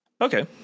Okay